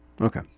Okay